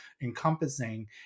encompassing